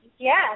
Yes